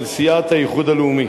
של סיעת האיחוד הלאומי: